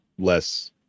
Less